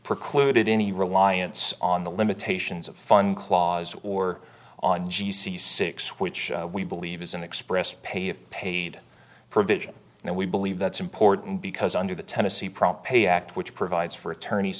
precluded any reliance on the limitations of fun clause or on g c six which we believe is an expressed pay of paid provision and we believe that's important because under the tennessee prompt pay act which provides for attorney